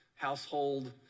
household